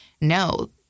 No